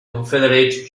confederate